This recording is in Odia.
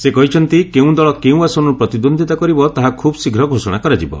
ସେ କହିଛନ୍ତି କେଉଁ ଦଳ କେଉଁ ଆସନରୁ ପ୍ରତିଦ୍ୱନ୍ଦିତା କରିବ ତାହା ଖୁବ୍ଶୀଘ୍ର ଘୋଷଣା କରାଯିବ